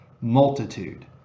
multitude